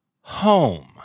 home